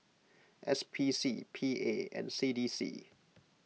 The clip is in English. S P C P A and C D C